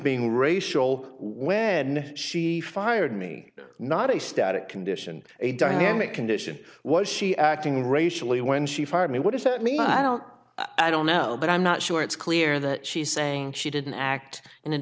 being racial where she fired me not a static condition a dynamic condition was she acting racially when she fired me what does that mean i don't i don't now but i'm not sure it's clear that she's saying she didn't act